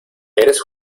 eres